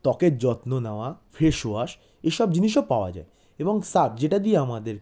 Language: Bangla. ত্বকের যত্ন নাওয়া ফেসওয়াশ এসব জিনিসও পাওয়া যায় এবং সার্ফ যেটা দিয়ে আমাদের